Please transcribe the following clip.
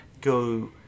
go